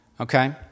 Okay